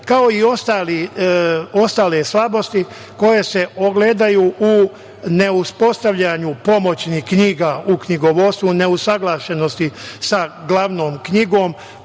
kao i ostale slabosti koje se ogledaju u neuspostavljanju pomoćnih knjiga u knjigovodstvu neusaglašenosti sa glavnom knjigom,